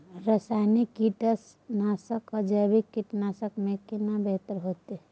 रसायनिक कीटनासक आ जैविक कीटनासक में केना बेहतर होतै?